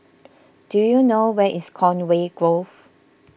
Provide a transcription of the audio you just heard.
do you know where is Conway Grove